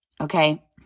Okay